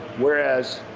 whereas,